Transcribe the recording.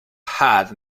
had